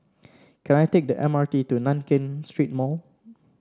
can I take the M R T to Nankin Street Mall